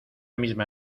misma